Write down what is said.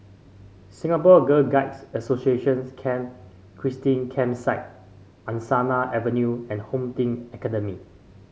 Singapore Girl Guides Association Camp Christine Campsite Angsana Avenue and Home Team Academy